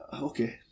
okay